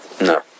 No